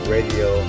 Radio